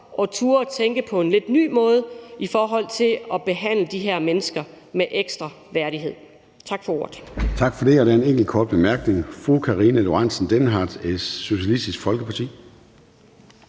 også tør tænke på en lidt ny måde i forhold til at behandle de her mennesker med ekstra værdighed. Tak for ordet.